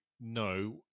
no